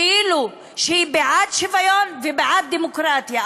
כאילו שהיא בעד שוויון ובעד דמוקרטיה,